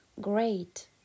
great